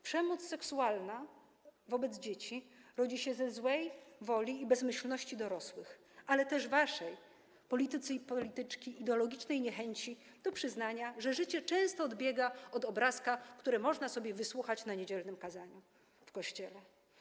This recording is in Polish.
Przemoc seksualna wobec dzieci rodzi się ze złej woli i bezmyślności dorosłych, ale też z waszej, politycy i polityczki, ideologicznej niechęci do przyznania, że życie często odbiega od obrazka, o którym można sobie posłuchać na niedzielnym kazaniu w kościele.